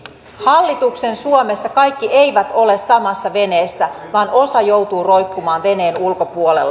hallituksen suomessa kaikki eivät ole samassa veneessä vaan osa joutuu roikkumaan veneen ulkopuolella